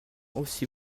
aussi